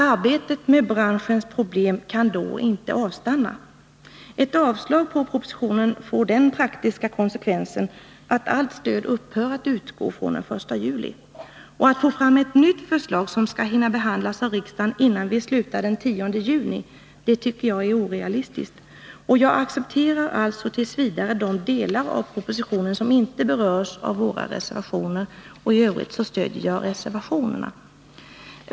Arbetet med branschens problem kan då inte avstanna. Ett avslag på propositionen skulle däremot få den praktiska konsekvensen att allt stöd upphör att utgå från den 1 juli. Att regeringen skulle kunna få fram ett nytt förslag som riksdagen skulle hinna behandla innan vi slutar den 10 juni är orealistiskt. Jag accepterar därför t. v. de delar av propositionen som inte berörs av våra reservationer, och i övrigt stöder jag reservationerna.